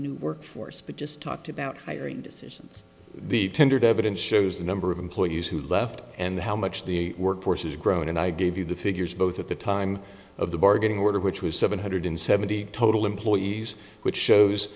new workforce but just talked about hiring decisions the tendered evidence shows the number of employees who left and how much the workforce has grown and i gave you the figures both at the time of the bargaining order which was seven hundred seventy total employees which shows